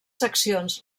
seccions